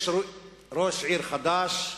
יש ראש עיר חדש,